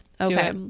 okay